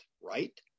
right